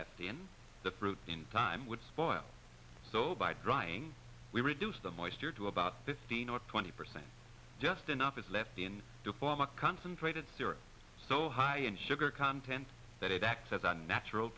left in the fruit in time would spoil so by drying we reduce the moisture to about fifteen or twenty percent just enough is left in to form a concentrated syrup so high in sugar content that it acts as a natural